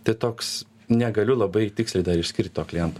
tai toks negaliu labai tiksliai dar išskirt to kliento